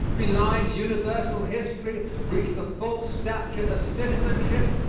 belying universal history, reach the full stature of citizenship,